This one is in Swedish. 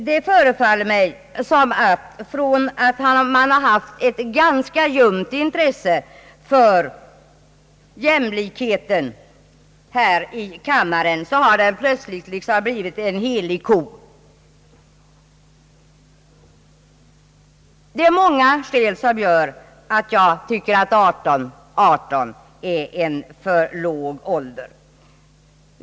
Jämlikheten, som tidigare har varit föremål för ett ganska ljumt intresse här i kammaren, har — förefaller det mig — plötsligt blivit liksom en helig ko. Många skäl gör att jag tycker att 18—18 är en för låg ålder.